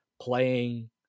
playing